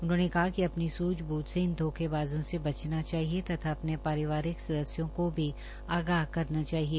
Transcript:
उन्होंने कहा कि अपनी सूझ बूझ से इन धोखेबाजों से बचना चाहिए तथा अपने पारिवारिक सदस्यों को भी आगाह करना चाहिए